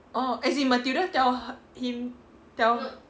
orh as in matilda tell her him tell